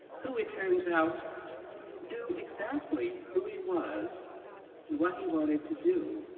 who it turns out knew exactly who he was and what he wanted to do.